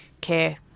care